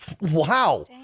Wow